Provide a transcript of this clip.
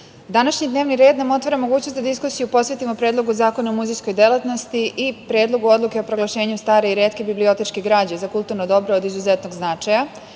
današnji dnevni red nam otvara mogućnost da diskusiju posvetimo Predlogu zakona o muzejskoj delatnosti i Predlogu odluke o proglašenju stare i retke biblioteške građe za kulturno dobro od izuzetnog značaja